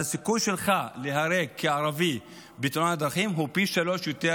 הסיכוי שלך כערבי להיהרג בתאונת דרכים הוא פי שלושה יותר